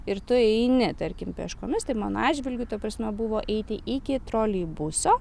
ir tu eini tarkim pėškomis tai mano atžvilgiu ta prasme buvo eiti iki troleibuso